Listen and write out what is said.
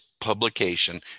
publication